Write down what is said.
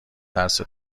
ترس